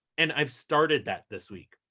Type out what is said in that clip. and i've started that this week.